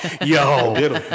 yo